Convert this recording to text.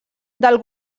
del